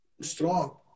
strong